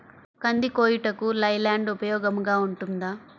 కంది కోయుటకు లై ల్యాండ్ ఉపయోగముగా ఉంటుందా?